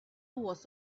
was